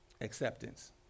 Acceptance